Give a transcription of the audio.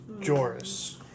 Joris